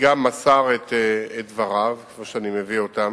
גם מסר את דבריו, שאני מביא אותם,